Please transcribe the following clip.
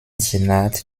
senat